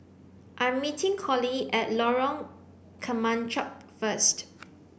I am meeting Collie at Lorong Kemunchup first